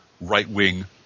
right-wing